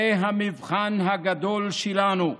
זה המבחן הגדול שלנו.